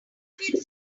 feel